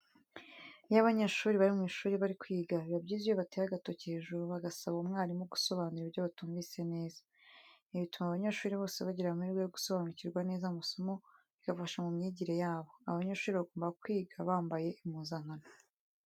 Iyo abanyeshuri bari mu ishuri bari kwiga, biba byiza iyo bateye agatoki hejuru bagasaba umwarimu gusobanura ibyo batumvise neza. Ibi bituma abanyeshuri bose bagira amahirwe yo gusobanukirwa neza amasomo bigafasha mu myigire yabo. Abanyeshuri bagomba kwiga bambaye impuzankano.